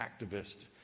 activist